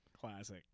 Classic